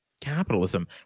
capitalism